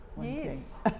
Yes